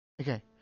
Okay